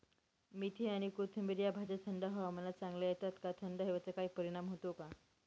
मेथी आणि कोथिंबिर या भाज्या थंड हवामानात चांगल्या येतात का? थंड हवेचा काही परिणाम होतो का?